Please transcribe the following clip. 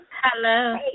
Hello